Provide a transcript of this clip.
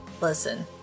Listen